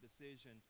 decision